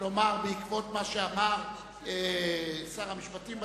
לומר בעקבות מה שאמר שר המשפטים,